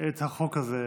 את החוק הזה למליאה.